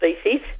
species